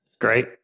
Great